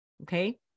Okay